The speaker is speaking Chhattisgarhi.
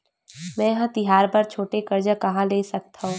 मेंहा तिहार बर छोटे कर्जा कहाँ ले सकथव?